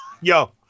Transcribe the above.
Yo